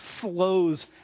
flows